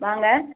வாங்க